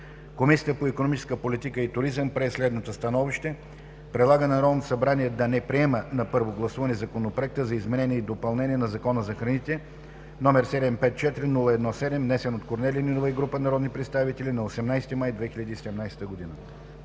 Комисията по икономическа политика и туризъм прие следното становище: Предлага на Народното събрание да не приема на първо гласуване Законопроект за изменение и допълнение на Закона за храните, № 754-01-7, внесен от Корнелия Нинова и група народни представители на 18 май 2017 г.“